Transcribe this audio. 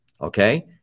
okay